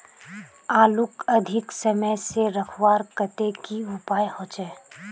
आलूक अधिक समय से रखवार केते की उपाय होचे?